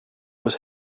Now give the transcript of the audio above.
was